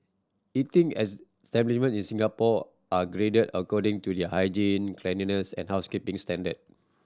eating establishment in Singapore are graded according to their hygiene cleanliness and housekeeping standard